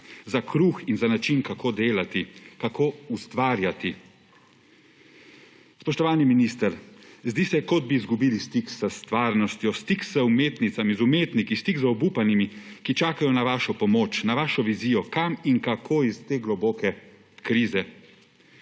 za kruh in za način, kako delati, kako ustvarjati. Spoštovani minister! Zdi se, kot bi izgubili stik s stvarnostjo, stik z umetnicami, z umetniki, stik z obupanimi, ki čakajo na vašo pomoč, na vašo vizijo, kam in kako iz te globoke krize.